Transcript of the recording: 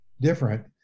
different